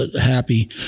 happy